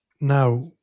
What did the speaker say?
now